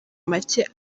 make